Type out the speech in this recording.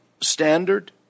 standard